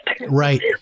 right